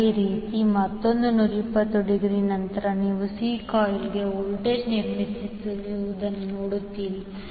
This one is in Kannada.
ಅದೇ ರೀತಿ ಮತ್ತೊಂದು 120 ಡಿಗ್ರಿ ನಂತರ ನೀವು C ಕಾಯಿಲ್ನಲ್ಲಿ ವೋಲ್ಟೇಜ್ ನಿರ್ಮಿಸುತ್ತಿರುವುದನ್ನು ನೋಡುತ್ತೀರಿ